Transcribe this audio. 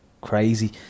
crazy